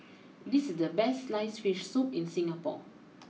this is the best sliced Fish Soup in Singapore